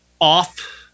off